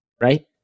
right